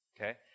okay